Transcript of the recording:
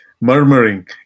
murmuring